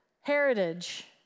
heritage